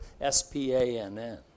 S-P-A-N-N